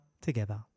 together